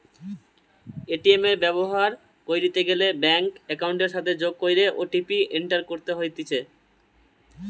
ATM ব্যবহার কইরিতে গ্যালে ব্যাঙ্ক একাউন্টের সাথে যোগ কইরে ও.টি.পি এন্টার করতে হতিছে